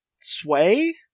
sway